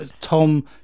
Tom